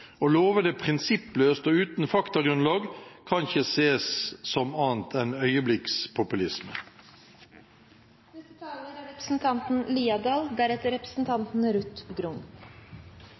Å love det prinsippløst og uten faktagrunnlag kan ikke ses som annet enn øyeblikkspopulisme. I dag debatterer vi muligens årets viktigste kulturpolitiske sak. Allmennkringkasterrollen er